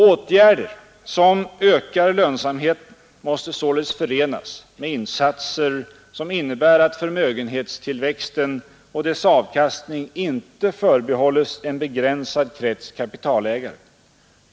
Åtgärder som ökar lönsamheten måste således förenas med insatser som innebär att förmögenhetstillväxten och dess avkastning inte förbehålles en begränsad krets kapitalägare.